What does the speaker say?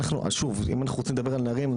שוב אם אנחנו רוצים לדבר על נערים,